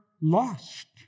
lost